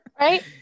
Right